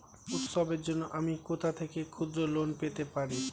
উৎসবের জন্য আমি কোথা থেকে ক্ষুদ্র লোন পেতে পারি?